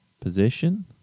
position